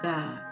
God